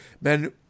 men